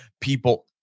people